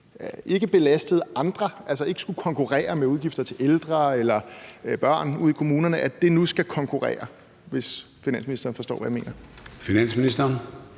ikke har belastet andre, altså ikke har skullet konkurrere med udgifter til ældre eller børn ude i kommunerne, nu skal konkurrere, hvis finansministeren forstår, hvad jeg mener? Kl.